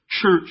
church